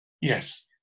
Yes